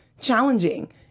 challenging